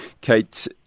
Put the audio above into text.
Kate